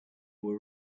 were